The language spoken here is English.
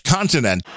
Continent